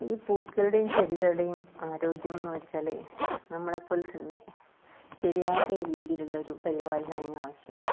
ഈ പൂക്കളുടെയും ചെടികളുടെയും ആരോഗ്യമെന്നു വെച്ചാല് നമ്മളെപ്പോലെ തന്നെ ശരിയായൊര് രീതിയിലുള്ളൊരു പരിപാലനം അതിനും ആവശ്യമുണ്ട്